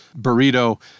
Burrito